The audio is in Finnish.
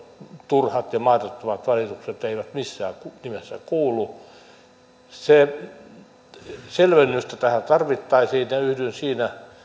turhat ja mahdottomat valitukset eivät missään nimessä kuulu selvennystä tähän tarvittaisiin ja yhdyn siinä